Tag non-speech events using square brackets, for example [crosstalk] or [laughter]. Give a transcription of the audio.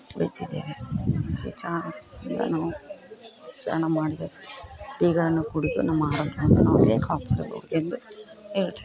ಕುಡಿಯುತ್ತಿದ್ದೇವೆ ಈ ಚಹಾ ನಾನು ಸ್ನಾನ ಮಾಡದೆ ಟೀಗಳನ್ನು ಕುಡಿದು ನಮ್ಮ ಆರೋಗ್ಯವನ್ನು ನಾವು [unintelligible] ಎಂದು ಹೇಳುತ್ತಿದ್ದೆ